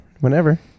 Whenever